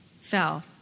fell